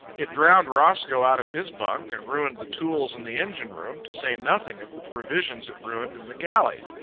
it drowned roscoe out of his bunk and ruined the tools in the engine-room, to say nothing of the provisions it ruined in the galley.